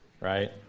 Right